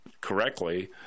correctly